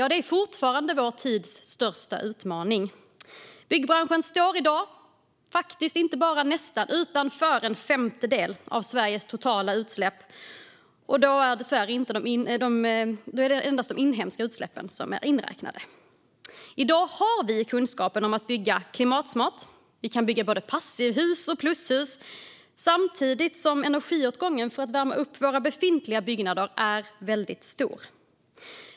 Men det är fortfarande vår tids största utmaning. Byggbranschen står i dag för en femtedel av Sveriges totala utsläpp, och då är dessvärre endast de inhemska utsläppen inräknade. I dag har vi kunskapen att bygga klimatsmart. Vi kan bygga både passivhus och plushus. Samtidigt är energiåtgången för att värma upp våra befintliga byggnader väldigt stor.